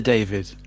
David